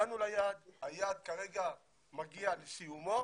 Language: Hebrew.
הגענו ליעד, היעד כרגע מגיע לסיומו